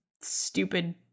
stupid